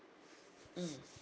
mm